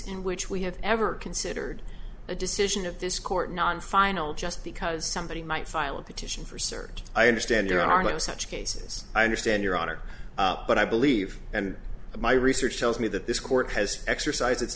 in which we have ever considered a decision of this court non final just because somebody might file a petition for search i understand there are no such cases i understand your honor but i believe and my research tells me that this court has exercised it